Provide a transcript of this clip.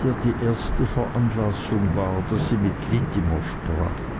der die erste veranlassung war daß sie mit littimer sprach